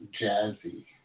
Jazzy